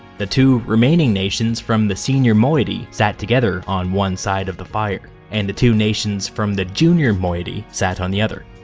the two remaining nations from the senior moiety sat together on one side of the fire, and the two nations from the junior moiety sat on the other.